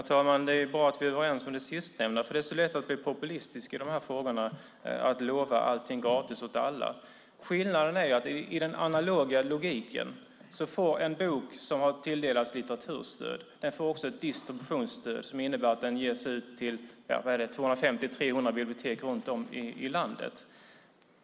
Herr talman! Det är bra att vi är överens om det sistnämnda, för det är så lätt att bli populistisk i de här frågorna och lova allting gratis åt alla. Skillnaden är att i den analoga logiken får en bok som har tilldelats litteraturstöd kanske också ett distributionsstöd som innebär att den ges ut till 250-300 bibliotek runt om i landet.